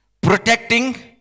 protecting